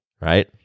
Right